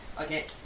Okay